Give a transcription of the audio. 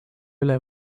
üle